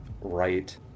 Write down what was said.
right